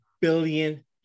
billion